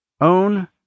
Own